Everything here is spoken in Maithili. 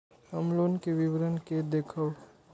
हम लोन के विवरण के देखब?